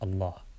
Allah